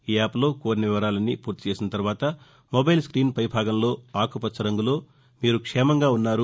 ఈ యాప్లో కోరిన వివరాలన్నీ పూర్తి చేసిన తర్వాత మొబైల్ ట్మీన్ పైభాగంలో ఆకుపచ్చ రంగులో మీరు క్షేమంగా ఉన్నారు